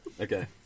Okay